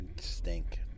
Stink